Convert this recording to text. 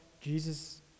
Jesus